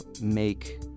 make